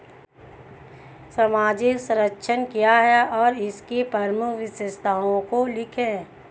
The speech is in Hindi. सामाजिक संरक्षण क्या है और इसकी प्रमुख विशेषताओं को लिखिए?